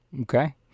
Okay